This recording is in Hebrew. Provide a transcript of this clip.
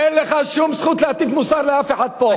אין לך שום זכות להטיף מוסר לאף אחד פה.